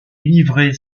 livrets